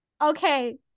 Okay